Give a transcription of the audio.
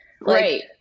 Right